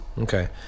okay